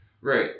Right